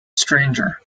stranger